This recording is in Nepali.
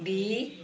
बि